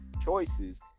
choices